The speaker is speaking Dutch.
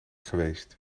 geweest